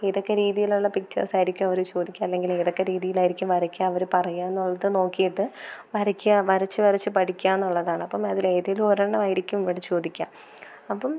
ഏതൊക്കെ രീതിയിലുള്ള പിക്ചേഴ്സ് ആയിരിക്കും അവർ ചോദിക്കുക അല്ലെങ്കിൽ ഏതൊക്കെ രീതിയിൽ ആയിരിക്കും വരക്കാൻ അവർ പറയുക എന്നുള്ളത് നോക്കിയിട്ട് വരയ്ക്കുക വരച്ച് വരച്ച് പഠിക്കുക എന്നുള്ളതാണ് അപ്പം അതിൽ ഏതെങ്കിലും ഒരു എണ്ണമായിരിക്കും ഇവർ ചോദിക്കുക അപ്പം